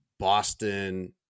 Boston